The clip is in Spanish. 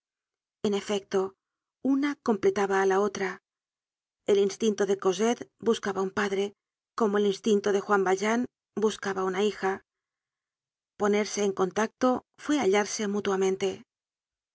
en efecto una completaba la otra el instinto de cosette buscaba un padre como el instinto de juan valjean buscaba una hija ponerse en contacto fue hallarse mutuamente ea